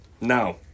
Now